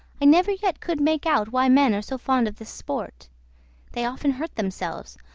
i never yet could make out why men are so fond of this sport they often hurt themselves,